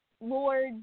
Lord